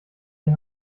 ihr